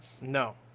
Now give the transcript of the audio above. no